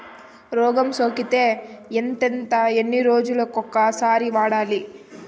రోగం సోకితే ఎంతెంత ఎన్ని రోజులు కొక సారి వాడాలి?